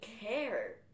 care